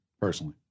personally